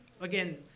again